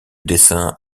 dessin